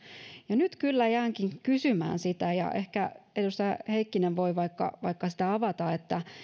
ja nyt kyllä jäänkin kysymään sitä ja ehkä edustaja heikkinen voi vaikka vaikka sitä avata